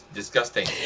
disgusting